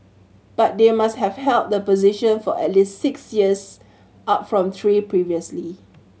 but they must have held the position for at least six years up from three previously